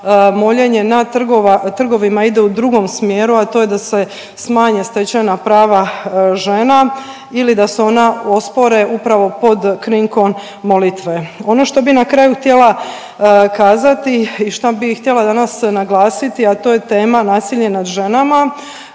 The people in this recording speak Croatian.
moljenje na trgovima ide u drugom smjeru, a to je da se smanje stečena prava žena ili da se ona ospore upravo pod krinkom molitve. Ono što bi na kraju htjela kazati i što bi htjela danas naglasiti, a to je tema nasilje nad ženama.